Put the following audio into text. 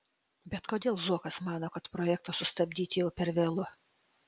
bet kodėl zuokas mano kad projektą sustabdyti jau per vėlu